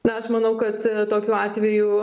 na aš manau kad tokiu atveju